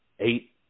eight